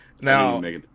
Now